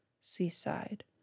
Seaside